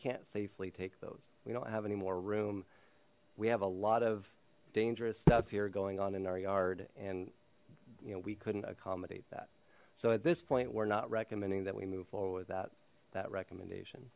can't safely take those we don't have any more room we have a lot of dangerous stuff here going on in our yard and you know we couldn't accommodate that so at this point we're not recommending that we move forward without that recommendation